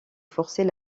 forcer